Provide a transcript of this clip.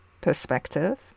perspective